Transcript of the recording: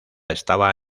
estaba